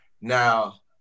now